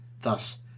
thus